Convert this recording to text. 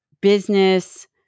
business